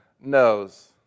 knows